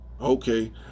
Okay